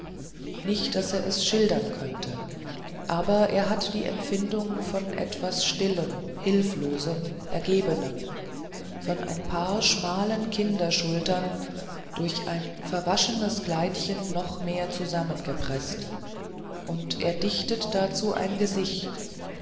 nicht daß er es schildern könnte aber er hat die empfindung von etwas stillem hilflosem ergebenem von ein paar schmalen kinderschultern durch ein verwaschenes kleidchen noch mehr zusammengepreßt und er dichtet dazu ein gesicht